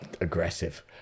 aggressive